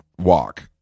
walk